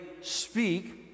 speak